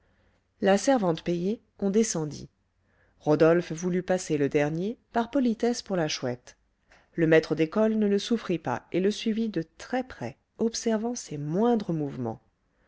la servante payée on descendit rodolphe voulut passer le dernier par politesse pour la chouette le maître d'école ne le souffrit pas et le suivit de très près observant ses moindres mouvements